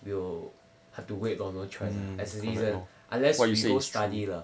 we'll have to wait lor no choice as citizen unless you go study lah